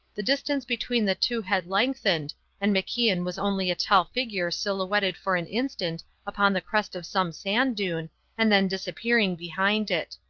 the distance between the two had lengthened and macian was only a tall figure silhouetted for an instant upon the crest of some sand-dune and then disappearing behind it.